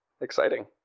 Exciting